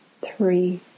three